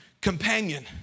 Companion